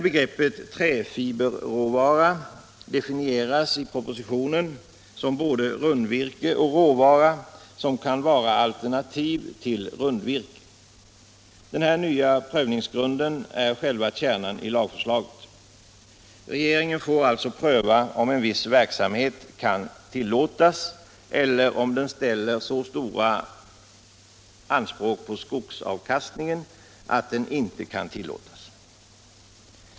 Begreppet träfiberråvara definieras i propositionen som både rundvirke och råvara som kan vara alternativ till rundvirke. Denna nya prövningsgrund är själva kärnan i lagförslaget. Regeringen får alltså pröva om en viss verksamhet kan tillåtas eller om den ställer så stora anspråk på skogsavkastningen att den inte kan tillåtas.